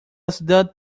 cidade